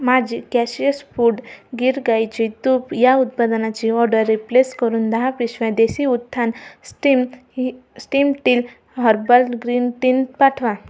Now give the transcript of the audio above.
माजी कॅशियस फूड गिर गाईचे तूप या उत्पादनाची ऑडर रिप्लेस करून दहा पिशव्या देसीउत्थान स्टीम ही स्टीम टील हर्बल ग्रीन टीन पाठवा